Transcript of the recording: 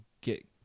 get